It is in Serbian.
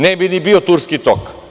Ne bi ni bio „Turski tok“